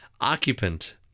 occupant